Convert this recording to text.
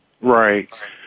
Right